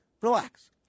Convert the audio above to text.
Relax